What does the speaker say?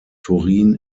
turin